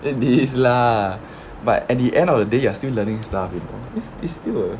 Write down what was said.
then it is lah but at the end of the day you are still learning stuff you know it's it's still a